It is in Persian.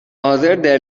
حاضردر